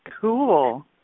cool